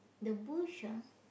the bush ah